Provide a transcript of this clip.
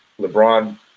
LeBron